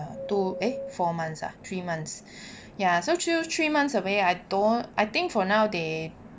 two eh four months ah three months ya so two three months away I don't I think for now they